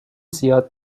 زیاد